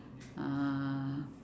uh